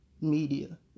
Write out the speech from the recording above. media